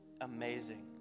amazing